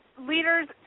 Leaders